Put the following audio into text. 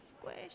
squish